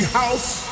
house